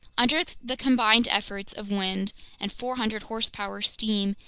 under the combined efforts of wind and four hundred horsepower steam,